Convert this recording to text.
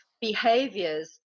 behaviors